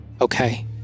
Okay